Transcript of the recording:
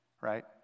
right